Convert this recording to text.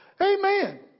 Amen